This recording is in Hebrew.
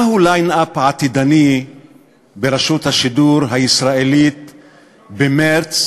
מהו הליין-אפ העתידני ברשות השידור הישראלית במרס,